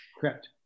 Correct